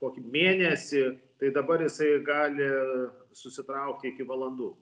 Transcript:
kokį mėnesį tai dabar jisai gali susitraukti iki valandų